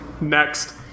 Next